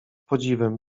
podziwem